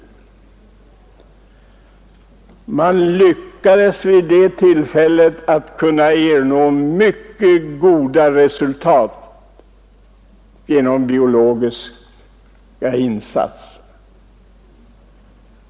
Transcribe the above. Man lyckades då ernå mycket goda resultat genom biologiska insatser.